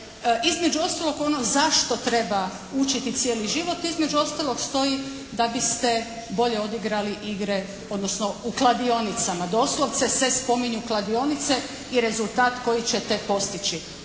Između ostalog ono zašto treba učiti cijeli život, između ostalog stoji da biste bolje odigrali igre odnosno u kladionicama. Doslovce se spominju kladionice i rezultat koji ćete postići.